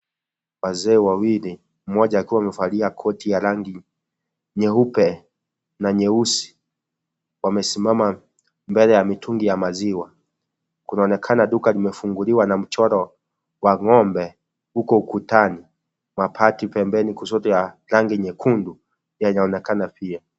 Wazee wawili, mmoja akiwa amevalia koti ya rangi nyeupe na nyeusi wamesimama mbele ya mitungi ya maziwa, kunaonekana duka limefunguliwa na mchoro wa ng'ombe uko ukutani, mabati pembeni kushoto ya rangi nyekundu yanaonekana pia.